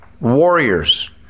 warriors